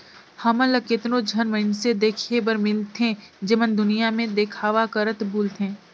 हमन ल केतनो झन मइनसे देखे बर मिलथें जेमन दुनियां में देखावा करत बुलथें